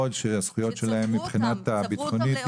שצברו אותם.